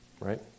right